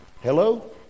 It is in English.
Hello